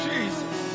Jesus